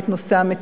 את נושא המצוקה,